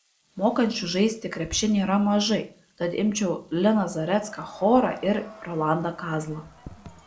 mokančių žaisti krepšinį yra mažai tad imčiau liną zarecką chorą ir rolandą kazlą